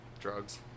Drugs